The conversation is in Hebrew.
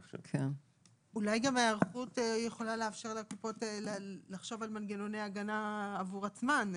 אולי היערכות יכולה לאפשר לקופות לחשוב על מנגנוני הגנה עבור עצמן.